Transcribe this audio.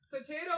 Potato